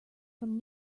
from